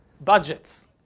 budgets